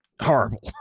horrible